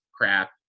crap